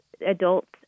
adults